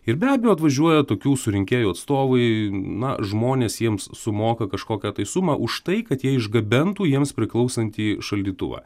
ir be abejo atvažiuoja tokių surinkėjų atstovai na žmonės jiems sumoka kažkokią tai sumą už tai kad jie išgabentų jiems priklausantį šaldytuvą